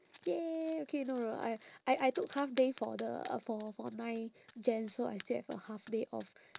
!yay! okay no no no I I I took half day for the uh for for nine jan so I still have a half day off